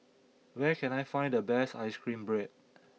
where can I find the best Ice Cream Bread